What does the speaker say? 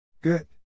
Good